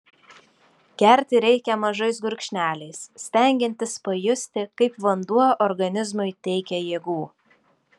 gerti reikia mažais gurkšneliais stengiantis pajusti kaip vanduo organizmui teikia jėgų